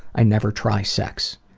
i never try. sex?